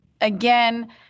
again